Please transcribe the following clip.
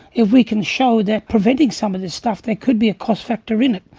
if we can show that preventing some of this stuff, there could be a cost factor in it.